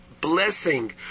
blessing